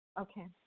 Okay